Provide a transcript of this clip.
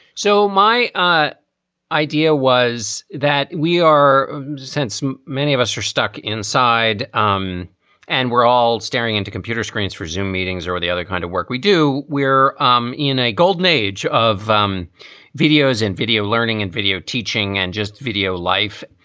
so my idea was that we are since many of us are stuck inside. um and we're all staring into computer screens, resume meetings or the other kind of work we do. we're um in a golden age of um videos and video learning and video teaching and just video life.